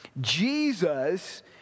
Jesus